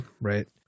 right